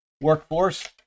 workforce